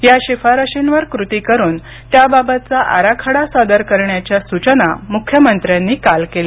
या शिफारशींवर कृती करुन त्याबाबतचा आराखडा सादर करण्याच्या सुचना मुख्यमंत्र्यांनी काल केल्या